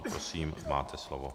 Prosím, máte slovo.